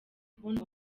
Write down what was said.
kubona